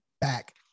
back